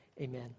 amen